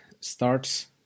starts